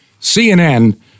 CNN